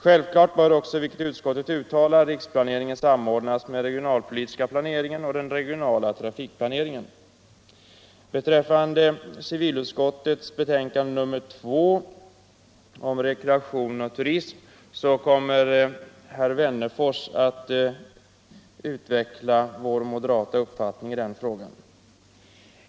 Självfallet bör också, vilket utskottet uttalar, riksplaneringen samordnas med den regionalpolitiska planeringen och den regionala trafikplaneringen. Beträffande civilutskottets betänkande nr 2 om insatser för rekreation och turism kommer herr Wennerfors att utveckla vår moderata uppfattning i frågan.